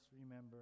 remember